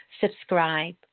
subscribe